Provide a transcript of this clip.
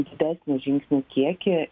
didesnį žingsnių kiekį